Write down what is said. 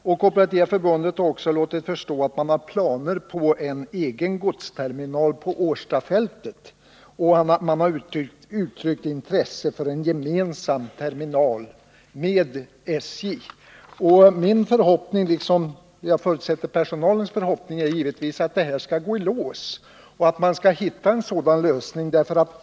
Kooperativa förbundet har också låtit förstå att man har planer på en egen godsterminal på Årstafältet och uttryckt intresse för en gemensam terminal med SJ. Min förhoppning — liksom jag förutsätter personalens förhoppning — är givetvis att detta skall gå i lås och att man skall hitta en sådan lösning.